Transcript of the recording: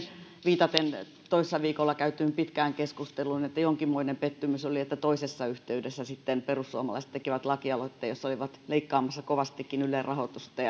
viitaten toissa viikolla käytyyn pitkään keskusteluun että jonkinmoinen pettymys oli että toisessa yhteydessä sitten perussuomalaiset tekivät lakialoitteen jossa olivat leikkaamassa kovastikin ylen rahoitusta